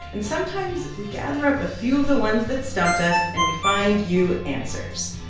and sometimes we gather up a few of the ones that stumped us, and we find you answers.